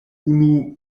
unu